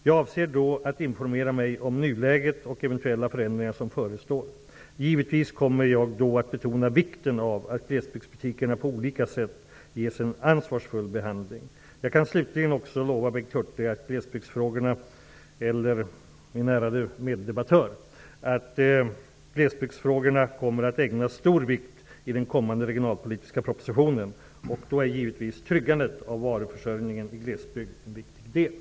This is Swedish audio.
Jag avser då att informera mig om nuläget och eventuella förändringar som förestår. Givetvis kommer jag då att betona vikten av att glesbygdsbutikerna på olika sätt ges en ansvarsfull behandling. Jag kan slutligen också lova Bengt Hurtig att glesbygdsfrågorna kommer att ägnas stor vikt i den kommande regionalpolitiska propositionen, och då är givetvis tryggandet av varuförsörjningen i glesbygd en viktig del.